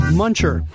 muncher